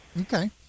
Okay